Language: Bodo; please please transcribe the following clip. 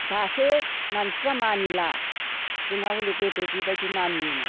दासो मानसिफोरा मानिला जोंना हले गोदो बेबायदि मानियोमोन